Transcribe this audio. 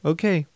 Okay